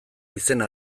izena